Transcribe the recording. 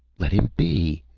let him be!